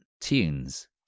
tunes